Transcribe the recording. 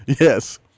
Yes